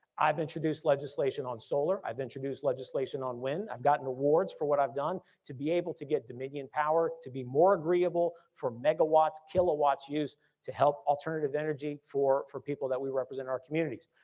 i've introduced legislation on solar. i've introduced legislation on wind. i've gotten awards for what i've done to be able to get dominion power, to be more agreeable for megawatts kilowatts use to help alternative energy for for people that we represent our communities.